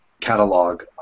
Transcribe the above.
catalog